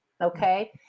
okay